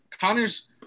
Connors